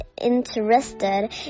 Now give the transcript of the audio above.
interested